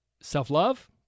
self-love